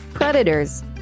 Predators